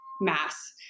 mass